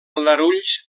aldarulls